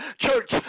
church